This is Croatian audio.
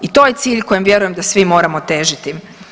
I to je cilj kojem vjerujem da svi moramo težiti.